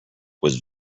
was